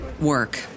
work